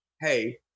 hey